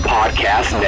Podcast